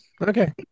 Okay